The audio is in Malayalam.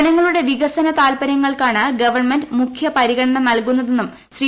ജനങ്ങളുടെ വികസന താൽപര്യങ്ങൾക്കാണ് ഗവൺമെന്റ് മുഖ്യ പരിഗണന നൽകുന്നതെന്നും ശ്രീ